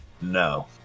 No